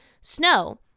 Snow